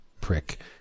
prick